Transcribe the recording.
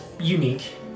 unique